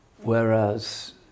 Whereas